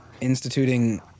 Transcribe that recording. instituting